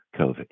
COVID